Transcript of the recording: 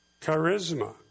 charisma